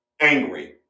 angry